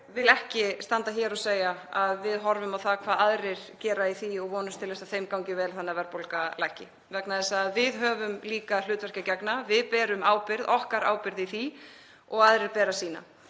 Ég vil ekki standa hér og segja að við horfum á það hvað aðrir geri í því og vonumst til þess að þeim gangi vel svo að verðbólga lækki. Við höfum líka hlutverki að gegna. Við berum okkar ábyrgð í því og aðrir bera sína.